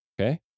okay